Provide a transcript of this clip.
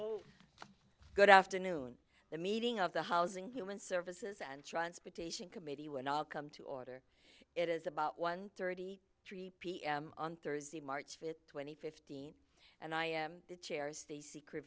good afternoon the meeting of the housing human services and transportation committee would all come to order it is about one thirty three p m on thursday march fifth twenty fifteen and i am the chairs the secret